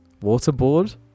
Waterboard